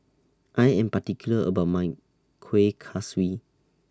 I Am particular about My Kueh Kaswi